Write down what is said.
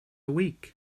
week